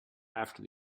after